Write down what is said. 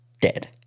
dead